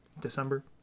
December